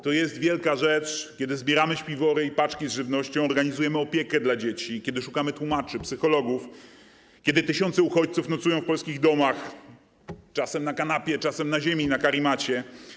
To jest wielka rzecz, kiedy zbieramy śpiwory i paczki z żywnością, organizujemy opiekę dla dzieci, kiedy szukamy tłumaczy, psychologów, kiedy tysiące uchodźców nocują w polskich domach, czasem na kanapie, czasem na ziemi, na karimacie.